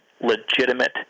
Legitimate